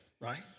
right